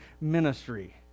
ministry